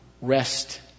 rest